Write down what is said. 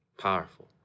powerful